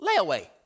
layaway